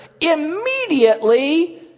immediately